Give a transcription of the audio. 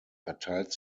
verteilt